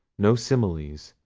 no similes,